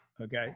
Okay